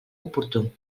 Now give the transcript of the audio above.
oportú